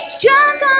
drunk